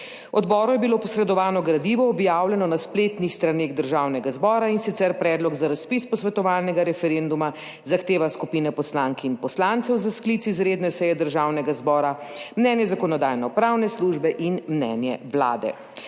Odboru je bilo posredovano gradivo objavljeno na spletnih straneh Državnega zbora in sicer predlog za razpis posvetovalnega referenduma, zahteva skupine poslank in poslancev za sklic izredne seje Državnega zbora, mnenje Zakonodajno-pravne službe in mnenje Vlade.